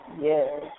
Yes